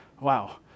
Wow